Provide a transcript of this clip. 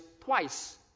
twice